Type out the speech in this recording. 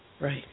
Right